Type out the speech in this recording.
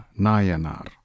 Nayanar